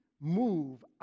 move